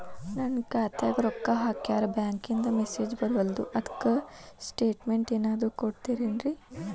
ನನ್ ಖಾತ್ಯಾಗ ರೊಕ್ಕಾ ಹಾಕ್ಯಾರ ಬ್ಯಾಂಕಿಂದ ಮೆಸೇಜ್ ಬರವಲ್ದು ಅದ್ಕ ಸ್ಟೇಟ್ಮೆಂಟ್ ಏನಾದ್ರು ಕೊಡ್ತೇರೆನ್ರಿ?